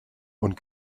und